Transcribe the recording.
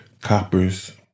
coppers